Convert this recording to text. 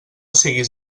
siguis